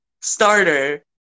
starter